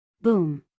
Boom